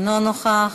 אינו נוכח,